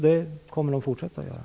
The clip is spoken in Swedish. Det kommer de att fortsätta göra.